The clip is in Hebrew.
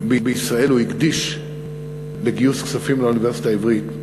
בארצות-הברית הוא הקדיש לגיוס כספים לאוניברסיטה העברית.